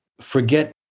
forget